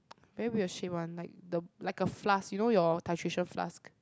very weird shape [one] like the like a flask you know your titration flask